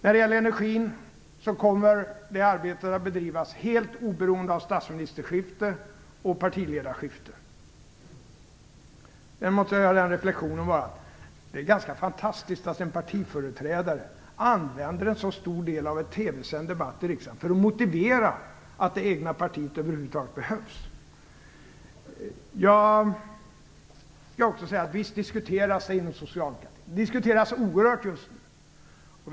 Arbetet med energifrågorna kommer att bedrivas helt oberoende av statsministerskifte och partiledarskifte. Däremot vill jag göra följande reflexion. Det är ganska fantastiskt att en partiföreträdare använder en så stor del av en TV-sänd debatt i riksdagen för att motivera att det egna partiet över huvud taget behövs. Visst diskuteras det inom socialdemokratin. Just nu diskuteras det oerhört mycket.